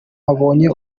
ubonye